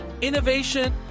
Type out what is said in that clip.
innovation